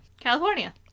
California